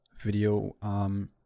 video